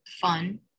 fun